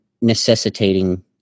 necessitating